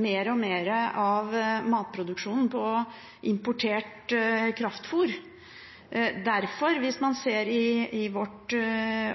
mer og mer av matproduksjonen på importert kraftfôr. Derfor – hvis man ser på vårt